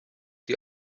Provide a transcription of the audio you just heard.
die